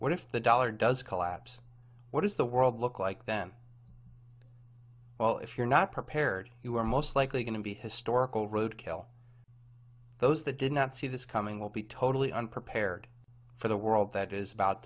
what if the dollar does collapse what does the world look like then well if you're not prepared you are most likely going to be historical roadkill those that did not see this coming will be totally unprepared for the world that is about